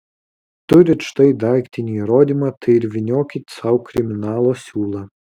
turit štai daiktinį įrodymą tai ir vyniokit sau kriminalo siūlą